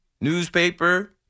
newspaper